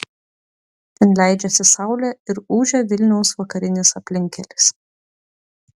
ten leidžiasi saulė ir ūžia vilniaus vakarinis aplinkkelis